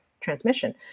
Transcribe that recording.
transmission